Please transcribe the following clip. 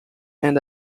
and